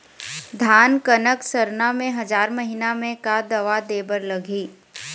धान कनक सरना मे हजार महीना मे का दवा दे बर लगही?